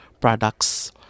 products